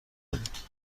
زدید